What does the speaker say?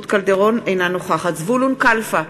אינה נוכחת זבולון קלפה,